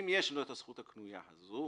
אם יש לו את הזכות הקנויה הזו,